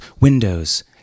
windows